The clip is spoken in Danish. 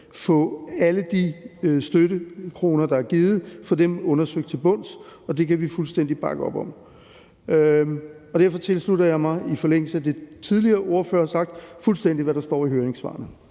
få alle de støttekroner, der er givet, undersøgt til bunds, og det kan vi fuldstændig bakke op om. Derfor tilslutter jeg mig i forlængelse af det, som tidligere ordførere har sagt, fuldstændig, hvad der står i høringssvarene!